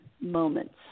moments